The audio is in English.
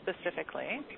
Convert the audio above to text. specifically